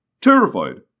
terrified